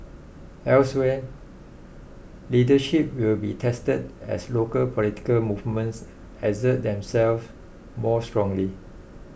elsewhere leadership will be tested as local political movements assert themselves more strongly